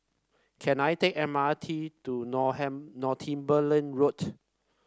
can I take M R T to Northumberland Road